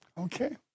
Okay